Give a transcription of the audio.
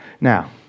Now